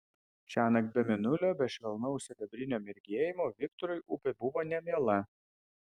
šiąnakt be mėnulio be švelnaus sidabrinio mirgėjimo viktorui upė buvo nemiela